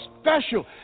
special